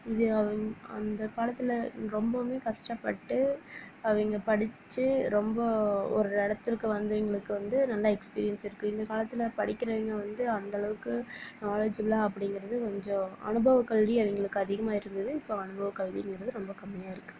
இந்தியாவில் அந்தகாலத்தில் ரொம்பவும் கஷ்டப்பட்டு அவங்க படித்து ரொம்ப ஒரு இடத்துக்கு வந்து அவங்களுக்கு வந்து நல்லா எக்ஸ்பீரியன்ஸ் இருக்கு இந்தகாலத்தில் படிக்கிறவங்க வந்து அந்தளவுக்கு நாலேஜில்லை அப்படிங்கிறது கொஞ்சம் அனுபவக் கல்வி எங்களுக்கு அதிகமாக இருந்தது இப்போது அனுபவக் கல்விங்கிறது ரொம்ப கம்மியாருக்கு